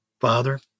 Father